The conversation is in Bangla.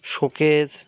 শোকেস